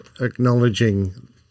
acknowledging